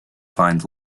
find